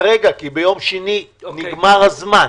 כי ביום שני נגמר הזמן.